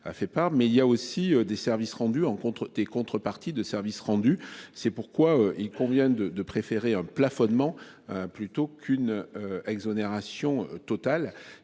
a fait part mais il y a aussi des services rendus en contre des contreparties de services rendus. C'est pourquoi il convient de de préférer un plafonnement. Plutôt qu'une exonération totale